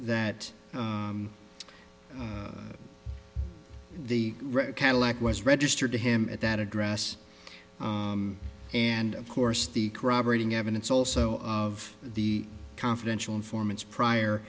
that the red cadillac was registered to him at that address and of course the corroborating evidence also of the confidential informants prior